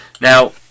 now